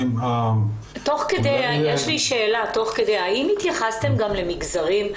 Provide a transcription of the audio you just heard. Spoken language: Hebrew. יש לי שאלה תוך כדי, האם התייחסתם גם למגזרים?